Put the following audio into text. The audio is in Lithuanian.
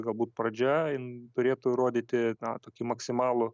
galbūt pradžia jin turėtų rodyti na tokį maksimalų